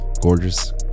gorgeous